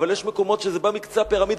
אבל יש מקומות שזה בא מקצה הפירמידה,